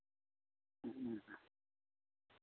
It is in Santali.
ᱦᱮᱸ